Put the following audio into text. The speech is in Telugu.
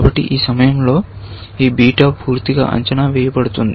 కాబట్టి ఈ సమయంలో ఈ బీటా పూర్తిగా అంచనా వేయబడుతుంది